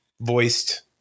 voiced